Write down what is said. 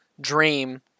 dream